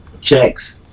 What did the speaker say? checks